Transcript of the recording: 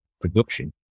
production